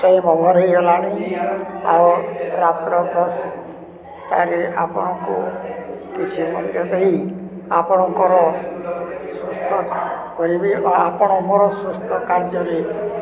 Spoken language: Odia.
ସେ ହୋଇଗଲାଣି ଆଉ ରାତ୍ର ଦଶଟାରେ ଆପଣଙ୍କୁ କିଛି ମୂଲ୍ୟ ଦେଇ ଆପଣଙ୍କର ସୁସ୍ଥ କରିବି ଆଉ ଆପଣ ମୋର ସୁସ୍ଥ କାର୍ଯ୍ୟରେ